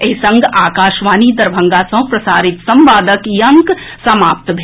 एहि संग आकाशवाणी दरभंगा सँ प्रसारित संवादक ई अंक समाप्त भेल